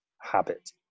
habit